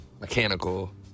Mechanical